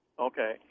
Okay